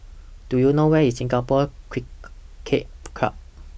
Do YOU know Where IS Singapore Cricket Club